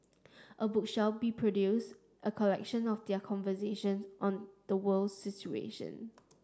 a book shall be produced a collection of their conversations on the world's situation